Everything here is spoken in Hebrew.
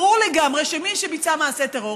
ברור לגמרי שמי שביצע מעשה טרור,